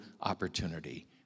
opportunity